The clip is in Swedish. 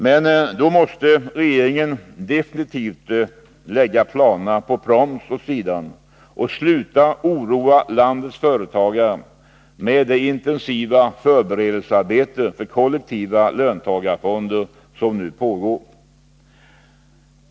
Men då måste regeringen definitivt lägga planerna på proms åt sidan och sluta oroa landets företagare med det intensiva förberedelsearbete för kollektiva löntagarfonder som nu pågår.